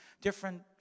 different